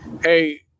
hey